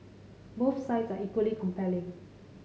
both sides are equally compelling